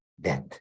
death